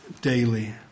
daily